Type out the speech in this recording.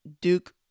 Duke